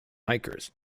hikers